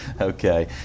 Okay